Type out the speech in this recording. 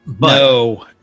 No